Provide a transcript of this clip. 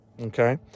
okay